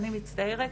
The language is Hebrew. אני מצטערת,